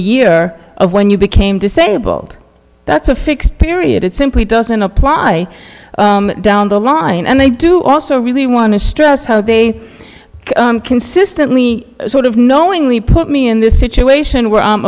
year of when you became disabled that's a fixed period it simply doesn't apply down the line and they do also really want to stress how they consistently sort of knowingly put me in this situation where